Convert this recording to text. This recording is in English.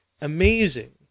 Amazing